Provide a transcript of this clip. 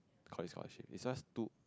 call it scholarship is just two